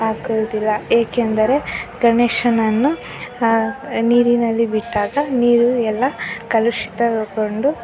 ಹಾಕುವುದಿಲ್ಲ ಏಕೆಂದರೆ ಗಣೇಶನನ್ನು ನೀರಿನಲ್ಲಿ ಬಿಟ್ಟಾಗ ನೀರು ಎಲ್ಲ ಕಲುಷಿತಗೊಂಡು